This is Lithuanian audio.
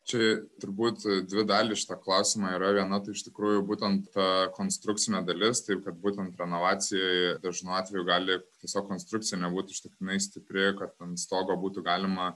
čia turbūt dvi dalys šito klausimo yra viena tai iš tikrųjų būtent ta konstrukcinė dalis taip kad būtent renovacijoje dažnu atveju gali tiesiog konstrukcija nebūti užtektinai stipri kad ant stogo būtų galima